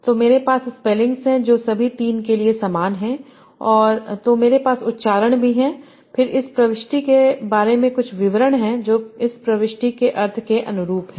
तो मेरे पास स्पेलिंग है जो सभी 3 के लिए समान है तो मेरे पास प्रनंसीएशन भी है फिर इस प्रविष्टि के बारे में कुछ विवरण हैं जो इस प्रविष्टि के अर्थ के अनुरूप हैं